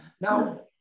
now